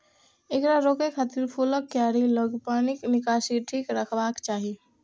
एकरा रोकै खातिर फूलक कियारी लग पानिक निकासी ठीक रखबाक चाही